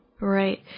Right